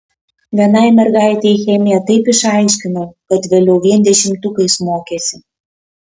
vienai mergaitei chemiją taip išaiškinau kad vėliau vien dešimtukais mokėsi